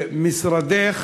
שמשרדך